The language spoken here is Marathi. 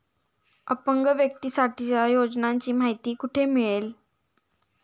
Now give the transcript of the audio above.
अपंग व्यक्तीसाठीच्या योजनांची माहिती कुठे मिळेल?